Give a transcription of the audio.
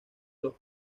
los